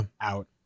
out